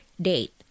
date